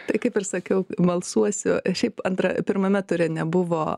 tai kaip ir sakiau balsuosiu šiaip antra pirmame ture nebuvo